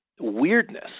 weirdness